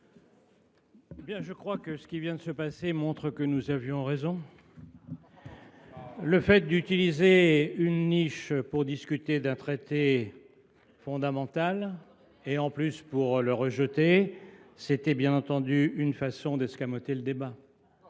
l’article. Ce qui vient de se passer montre que nous avions raison. Le fait d’utiliser une niche parlementaire pour discuter d’un traité fondamental, pour le rejeter, était bien entendu une façon d’escamoter le débat.